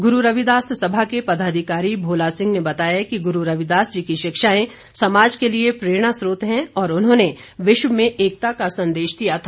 गुरु रविदास सभा के पदाधिकारी भोला सिंह ने बताया कि गुरु रविदास जी की शिक्षाएं समाज के लिए प्रेरणा स्त्रोत हैं और उन्होंने विश्व में एकता का संदेश दिया था